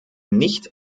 nicht